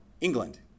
England